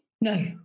No